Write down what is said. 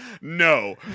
no